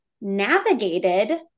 navigated